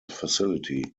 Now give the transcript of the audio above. facility